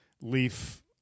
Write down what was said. Leaf